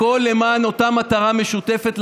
הכול למען אותה מטרה משותפת,